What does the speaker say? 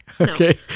okay